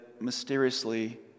mysteriously